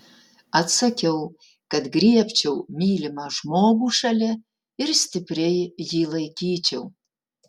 atsakiau kad griebčiau mylimą žmogų šalia ir stipriai jį laikyčiau